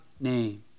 name